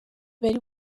bari